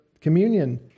communion